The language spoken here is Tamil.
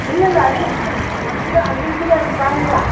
இல்லல்ல அது இல்லை அஞ்சு அஞ்சு லிட்ரு தரும் காலையில